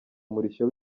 umurishyo